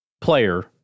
player